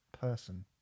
person